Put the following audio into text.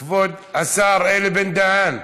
כבוד סגן השר אלי בן-דהן,